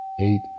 eight